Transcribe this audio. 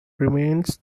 remains